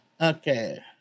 Okay